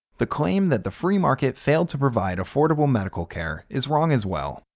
the claim that the free market failed to provide affordable medical care is wrong as well,